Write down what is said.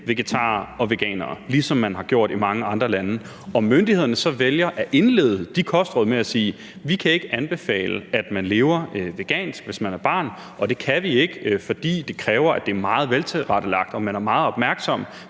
vegetarer og veganere, ligesom man har gjort i mange andre lande. Myndighederne kan så vælge at indlede de kostråd med at sige: Vi kan ikke anbefale, at man lever vegansk, hvis man er barn, og det kan vi ikke, fordi det kræver, at det er meget veltilrettelagt og man er meget opmærksom.